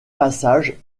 passages